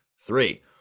three